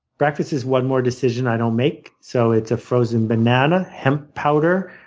breakfast is one more decision i don't make so it's a frozen banana, hemp powder,